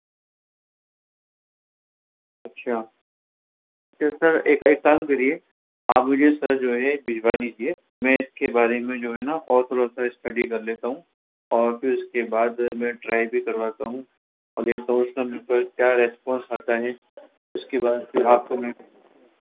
اچھا تو سر ایک آ کام کریے آپ مجھے سر جو ہے ایک بھجوا دیجیے میں اس کے بارے میں جو ہے نا اور تھوڑا سا اسٹڈی کر لیتا ہوں اور پھر اس کے بعد جو ہے میں ٹرائی بھی کرواتا ہوں اور دیکھتا ہوں اس کا نیوٹرل کیا ریسپانس آتا ہے اس کے بعد پھر آپ کو میں